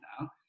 now